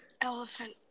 Elephant